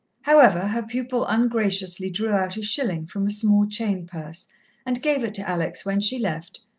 however, her pupil ungraciously drew out a shilling from a small chain-purse and gave it to alex when she left,